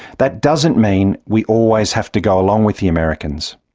that doesn't mean we always have to go along with the americans.